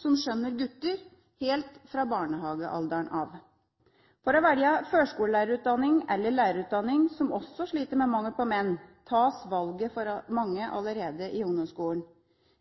som skjønner gutter, helt fra barnehagealderen av. For å velge førskolelærerutdanning eller lærerutdanning, som også sliter med mangel på menn, tas valget for mange allerede i ungdomsskolen.